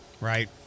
Right